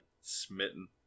Smitten